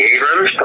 Abrams